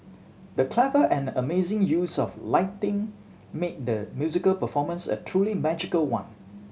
the clever and amazing use of lighting made the musical performance a truly magical one